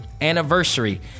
anniversary